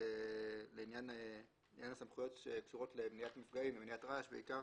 שבעניין הסמכויות שקשורות למניעת מפגעים - מניעת רעש בעיקר